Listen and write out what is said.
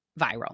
viral